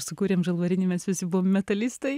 sukūrėm žalvarinį mes visi buvo metalistai